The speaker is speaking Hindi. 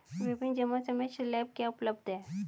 विभिन्न जमा समय स्लैब क्या उपलब्ध हैं?